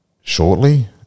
shortly